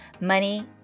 money